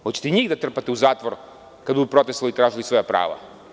Hoćete njih da trpate u zatvor kada budu u protestu tražili svoja prava.